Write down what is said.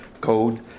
code